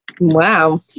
wow